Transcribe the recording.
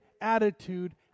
attitude